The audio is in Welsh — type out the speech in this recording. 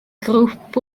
grŵp